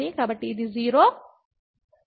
కాబట్టి ఇది 0 మరియు Δy అవుతుంది